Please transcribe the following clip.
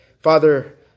Father